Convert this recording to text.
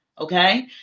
Okay